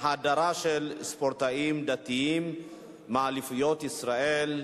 הדרה של ספורטאים דתיים מאליפויות ישראל,